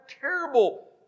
terrible